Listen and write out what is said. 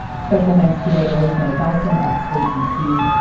special thanks today to rosemary bellson out of slate, d c.